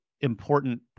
important